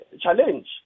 challenge